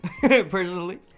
personally